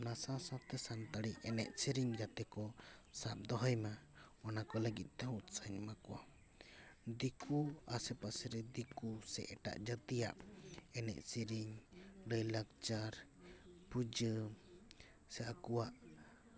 ᱚᱱᱟ ᱥᱟᱶ ᱥᱟᱶᱛᱮ ᱥᱟᱱᱛᱟᱲᱤ ᱮᱱᱮᱡ ᱥᱮᱨᱮᱧ ᱡᱟᱛᱮᱠᱚ ᱥᱟᱵ ᱫᱚᱦᱚᱭ ᱢᱟ ᱚᱱᱟ ᱠᱚ ᱞᱟᱹᱜᱤᱫ ᱛᱮᱦᱚᱸ ᱩᱛᱥᱟᱦᱚᱹᱧ ᱮᱢᱟ ᱠᱚᱣᱟ ᱫᱤᱠᱩ ᱟᱥᱮ ᱯᱟᱥᱮ ᱨᱮ ᱫᱤᱠᱩ ᱥᱮ ᱮᱴᱟᱜ ᱡᱟᱹᱛᱤᱭᱟᱜ ᱮᱱᱮᱡ ᱥᱮᱨᱮᱧ ᱞᱟᱹᱭᱞᱟᱠᱪᱟᱨ ᱯᱩᱡᱟᱹ ᱥᱮ ᱟᱠᱚᱣᱟᱜ